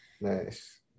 nice